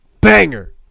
Banger